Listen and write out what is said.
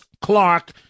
Clark